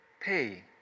pay